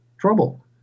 trouble